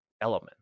element